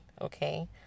okay